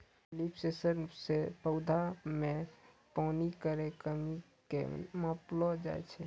leaf sensor सें पौधा म पानी केरो कमी क मापलो जाय छै